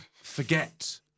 forget